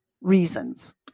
reasons